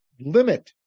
limit